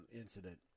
incident